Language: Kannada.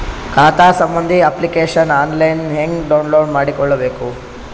ಖಾತಾ ಸಂಬಂಧಿ ಅಪ್ಲಿಕೇಶನ್ ಆನ್ಲೈನ್ ಹೆಂಗ್ ಡೌನ್ಲೋಡ್ ಮಾಡಿಕೊಳ್ಳಬೇಕು?